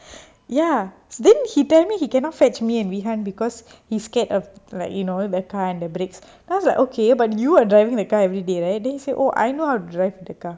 ya then he tell me he cannot fetch me and rehan because he scared of like you know the car and the breaks I was like okay but you are driving the car everyday right then he say oh I know how to drive the car